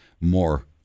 more